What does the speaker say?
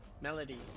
melody